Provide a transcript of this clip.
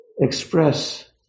express